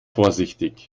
vorsichtig